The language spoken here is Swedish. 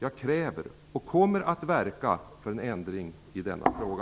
Jag kräver, och kommer att verka för, en ändring i denna fråga.